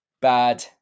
Bad